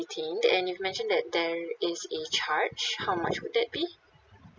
retained and you've mentioned that there is a charge how much would that be